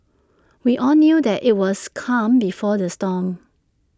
we all knew that IT was calm before the storm